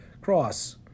cross